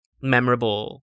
memorable